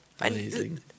Amazing